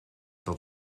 dat